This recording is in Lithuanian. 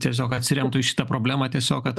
tiesiog atsiremtų į šitą problemą tiesiog kad